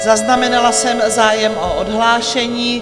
Zaznamenala jsem zájem o odhlášení.